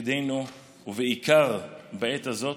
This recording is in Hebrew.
תפקידנו הוא, בעיקר בעת הזאת,